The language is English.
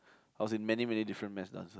I was in many many different mass dances